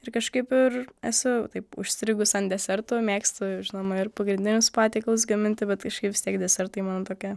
ir kažkaip ir esu taip užstrigus ant desertų mėgstu žinoma ir pagrindinius patiekalus gaminti bet vis tiek desertai man tokia